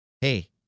hey